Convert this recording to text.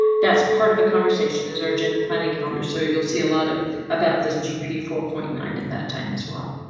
that's part of the conversation. is our agenda planning calendar, so you'll see a lot of about this gp four point nine at that time as well.